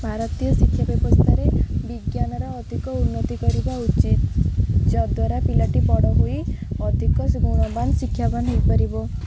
ଭାରତୀୟ ଶିକ୍ଷା ବ୍ୟବସ୍ଥାରେ ବିଜ୍ଞାନର ଅଧିକ ଉନ୍ନତି କରିବା ଉଚିତ ଯଦ୍ୱାରା ପିଲାଟି ବଡ଼ ହୋଇ ଅଧିକ ଗୁଣବାନ୍ ଶିକ୍ଷାବାନ୍ ହେଇପାରିବ